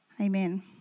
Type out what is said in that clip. Amen